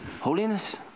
Holiness